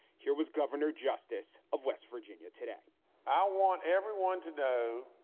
here was governor justice of west virginia today i want everyone to know.